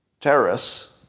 terrorists